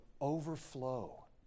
overflow